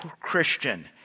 Christian